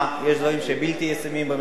יש דברים שהם בלתי ישימים במחאה.